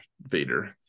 Vader